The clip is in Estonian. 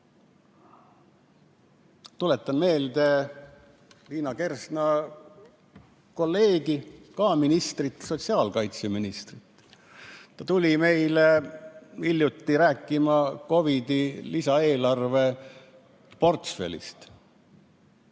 tuletan meelde Liina Kersna kolleegi sotsiaalkaitseministrit. Ta tuli meile hiljuti rääkima COVID-i lisaeelarve portfellist.